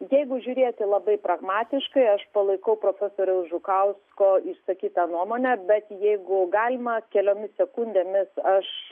jeigu žiūrėti labai pragmatiškai aš palaikau profesoriaus žukausko išsakytą nuomonę bet jeigu galima keliomis sekundėmis aš